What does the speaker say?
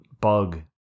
bug